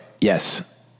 Yes